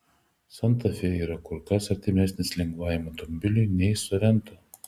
santa fe yra kur kas artimesnis lengvajam automobiliui nei sorento